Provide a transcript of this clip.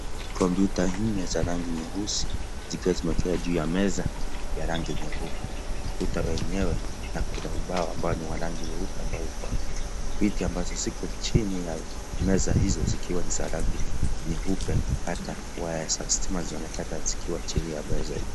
Kompyuta nne za rangi nyeusi zikiwa zimekaa juu ya meza ya rangi nyeupe. Ukuta wenyewe nakuna ubao ambao ni wa rangi nyeupe. Viti ambazo ziko chini ya meza hizo zikiwa ni za rangi nyeupe. Hata waya za stima zinaonekana zikiwa chini ya meza.